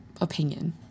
opinion